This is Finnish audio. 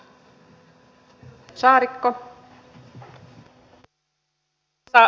arvoisa puhemies